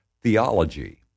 Theology